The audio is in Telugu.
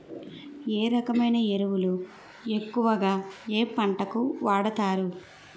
ఏ రకమైన ఎరువులు ఎక్కువుగా ఏ పంటలకు వాడతారు?